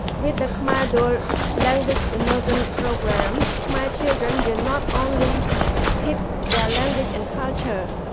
with a khmer dual language immersion program, khmer children will not only keep their language and culture,